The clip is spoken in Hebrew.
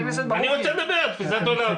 אני רוצה לדבר, תפיסת עולם.